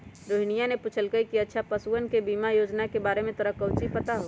रोहिनीया ने पूछल कई कि अच्छा पशुधन बीमा योजना के बारे में तोरा काउची पता हाउ?